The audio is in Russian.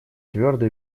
твердо